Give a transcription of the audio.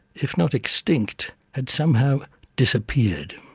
if not extinct, had somehow disappeared.